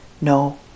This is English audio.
no